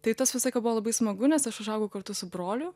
tai tas visą laiką buvo labai smagu nes aš užaugau kartu su broliu